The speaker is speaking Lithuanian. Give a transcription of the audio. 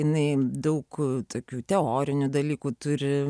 jinai daug tokių teorinių dalykų turi